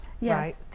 Yes